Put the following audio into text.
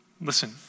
Listen